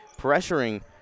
pressuring